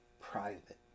private